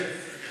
כן, כן.